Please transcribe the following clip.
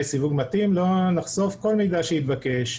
סיווג מתאים לא נחשוף כל מידע שיתבקש,